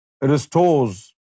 restores